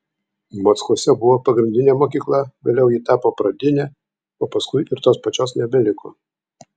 mockuose buvo pagrindinė mokykla vėliau ji tapo pradinė o paskui ir tos pačios nebeliko